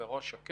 את חוק דחיית